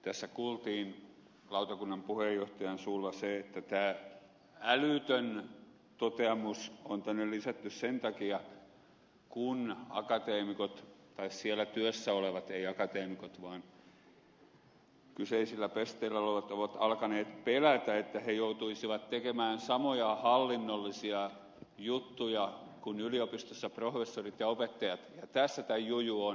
tässä kuultiin valiokunnan puheenjohtajan suulla se että tämä älytön toteamus on tänne lisätty sen takia kun akateemikot tai siellä työssä olevat eivät akateemikot vaan kyseisillä pesteillä olevat ovat alkaneet pelätä että he joutuisivat tekemään samoja hallinnollisia juttuja kuin yliopistoissa professorit ja opettajat ja tässä tämän juju on